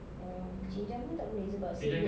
oh cik jah pun tak boleh sebab sewa